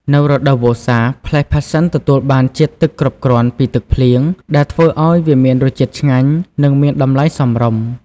នៅរដូវវស្សា ផ្លែផាសសិនទទួលបានជាតិទឹកគ្រប់គ្រាន់ពីទឹកភ្លៀង ដែលធ្វើឲ្យវាមានរសជាតិឆ្ងាញ់ និងមានតម្លៃសមរម្យ។